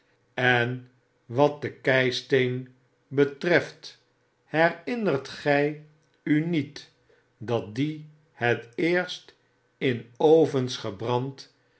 en wat den keisteen betreft herinnert gy u niet dat die het eerst in ovens